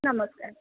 ନମସ୍କାର